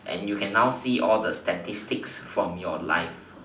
and you can now see all the statistics from your life